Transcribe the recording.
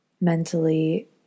mentally